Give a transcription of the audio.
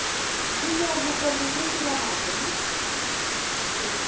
ठीक है आप बुक कर लीजिए हम आते हैं हैं ना ठीक है